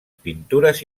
pintures